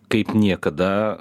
kaip niekada